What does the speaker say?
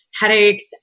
headaches